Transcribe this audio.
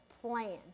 plan